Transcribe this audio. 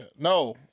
No